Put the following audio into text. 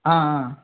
ஆ ஆ